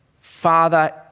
Father